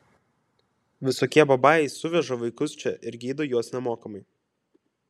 visokie babajai suveža vaikus čia ir gydo juos nemokamai